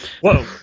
Whoa